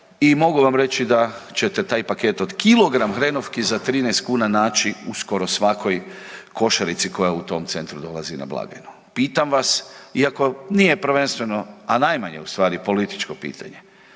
i mogu vam reći da ćete taj paket od kilogram hrenovki za 13 kuna naći u skoro svakoj košarici koja u tom centru dolazi na blagajnu. Pitam vas, iako nije prvenstveno, a najmanje ustvari političko pitanje,